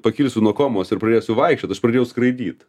pakilsiu nuo komos ir pradėsiu vaikščiot aš pradėjau skraidyt